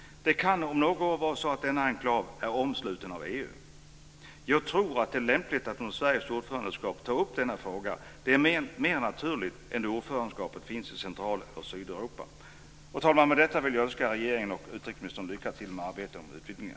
Det kan om några år vara så att denna enklav är omsluten av EU. Jag tror att det är lämpligt att under Sveriges ordförandeskap ta upp denna fråga. Det är mer naturligt än då ordförandeskapet finns i Central eller Sydeuropa. Fru talman! Med detta vill jag önska regeringen och utrikesministern lycka till i arbetet med utvidgningen.